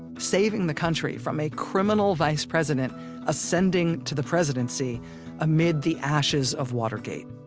saving the country from a criminal vice president ascending to the presidency amid the ashes of watergate,